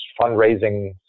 fundraising